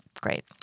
Great